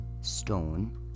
stone